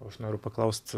aš noriu paklaust